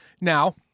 Now